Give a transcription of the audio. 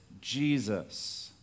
Jesus